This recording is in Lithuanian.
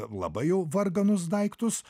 labai jau varganus daiktus